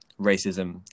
racism